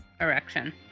erection